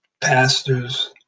pastors